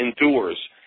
endures